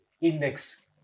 index